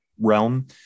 realm